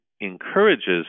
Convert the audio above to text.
encourages